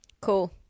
Cool